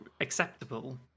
acceptable